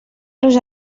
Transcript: los